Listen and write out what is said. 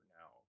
now